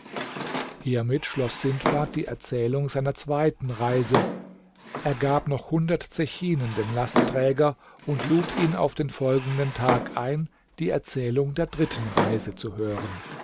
hiermit schloß sindbad die erzählung seiner zweiten reise er gab noch hundert zechinen dem lastträger und lud ihn auf den folgenden tag ein die erzählung der dritten reise zu hören